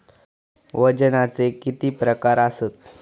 वजनाचे किती प्रकार आसत?